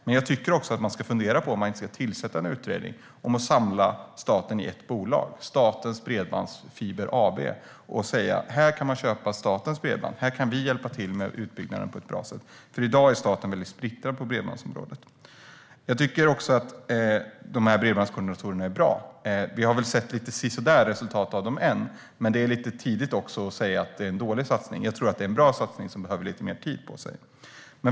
Men jag tycker också att man ska fundera på att tillsätta en utredning om att samla staten i ett bolag, Statens bredbandsfiber AB, och säga: Här kan man köpa statens bredband, här kan vi hjälpa till med utbyggnaden på ett bra sätt. I dag är staten väldigt splittrad på bredbandsområdet. Jag tycker också att bredbandskoordinatorerna är bra. Än har vi väl sett ett resultat som är lite sisådär. Men det är lite tidigt att säga att det är en dålig satsning. Jag tror att det är bra satsning som behöver lite mer tid på sig.